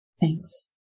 Thanks